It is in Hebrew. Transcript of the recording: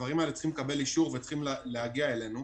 הדברים האלה צריכים לקבל אישור ולהגיע אלינו.